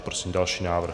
Prosím další návrh.